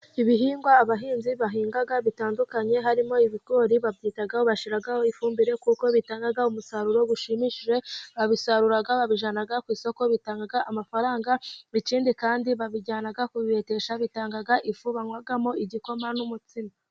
Ibihingwa abahinzi bahinga bitandukanye harimo ibigori babyitaho bashyiraho ifumbire, kuko bitanga umusaruro ushimishije barabisarura babijyana ku isoko bitanga amafaranga, ikindi kandi babijyana kubibetesha bitanga ifu banywamo igikoma n'umutsima.